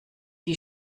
die